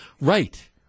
right